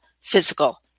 physical